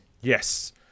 Yes